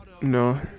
No